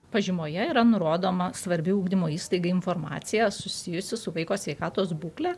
pažymoje yra nurodoma svarbi ugdymo įstaigai informacija susijusi su vaiko sveikatos būkle